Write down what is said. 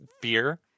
fear